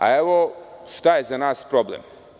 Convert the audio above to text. A evo šta je za nas problem.